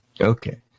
okay